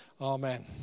amen